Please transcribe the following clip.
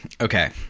Okay